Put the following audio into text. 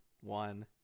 one